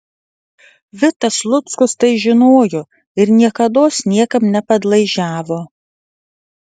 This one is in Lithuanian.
vitas luckus tai žinojo ir niekados niekam nepadlaižiavo